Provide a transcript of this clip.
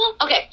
Okay